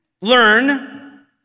Learn